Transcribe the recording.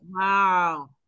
Wow